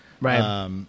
right